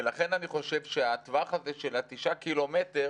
ולכן אני חושב שהטווח הזה של התשעה קילומטר